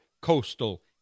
coastal